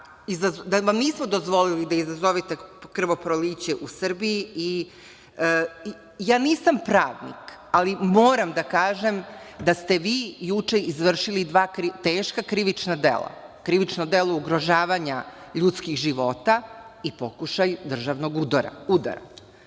da vam nismo dozvolili krvoproliće u Srbiji. Nisam pravnik, ali moram da kažem da ste vi juče izvršili dva teška krivična dela, krivično delo ugrožavanja ljudskih života i pokušaj državnog udara.